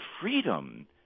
freedom